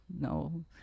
no